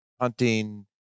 hunting